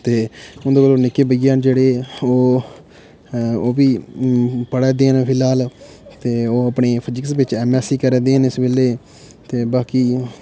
ते उ'न्दे कोला नि'क्के भइया न जेह्ड़े ओह् ओह्बी पढ़ा दे न फिलहाल ते ओह् अपनी फिजिक्स बिच एम एससी करा दे न इस बेल्लै ते बाकि